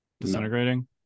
disintegrating